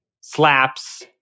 slaps